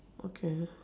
okay